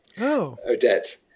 Odette